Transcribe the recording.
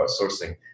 sourcing